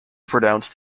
pronounced